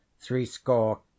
threescore